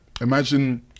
imagine